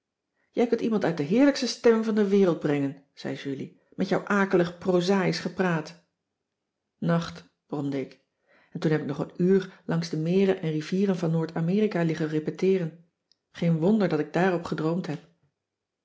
jij kunt iemand uit de heerlijkste stemming van de wereld brengen zei julie met jouw akelig prozaïsch gepraat nacht bromde ik en toen heb ik nog een uur lang de meren en rivieren van noord-amerika liggen repeteeren geen wonder dat ik daarop gedroomd heb